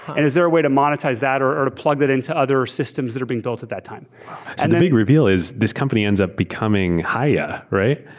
and is there a way to monetize that or or to plug that into other systems that are being built at that time? the big reveal is this company ends up becoming hiya, right?